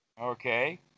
Okay